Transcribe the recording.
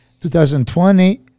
2020